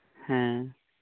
ᱦᱮᱸ